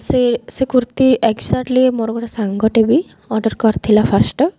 ସେ ସେ କୁର୍ତ୍ତୀ ଏକ୍ଜାକ୍ଟ୍ଲି ମୋର ଗୋଟେ ସାଙ୍ଗଟେ ବି ଅର୍ଡ଼ର୍ କରିଥିଲା ଫାଷ୍ଟ୍